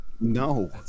No